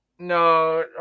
No